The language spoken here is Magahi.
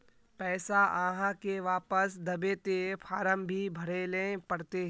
पैसा आहाँ के वापस दबे ते फारम भी भरें ले पड़ते?